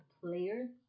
players